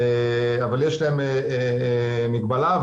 אבל יש להם מגבלה,